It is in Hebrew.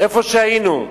שהיינו בו.